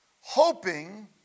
hoping